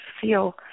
feel